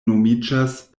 nomiĝas